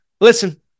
listen